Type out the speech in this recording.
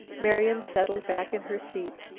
marian settled back in her seat.